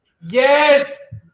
Yes